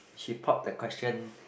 she pop the question